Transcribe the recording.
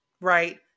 right